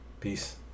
Peace